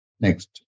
Next